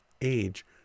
age